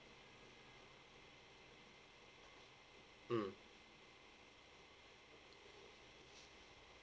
mm